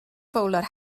fowler